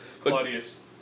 Claudius